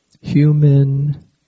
Human